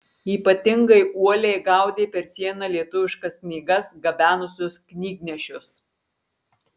ypatingai uoliai gaudė per sieną lietuviškas knygas gabenusius knygnešius